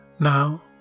Now